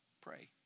Pray